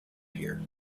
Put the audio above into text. here